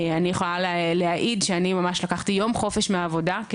אני יכולה להעיד שאני ממש לקחתי יום חופש מהעבודה,